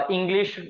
English